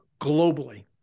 globally